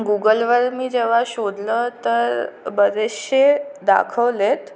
गुगलवर मी जेव्हा शोधलं तर बरेचसे दाखवलेत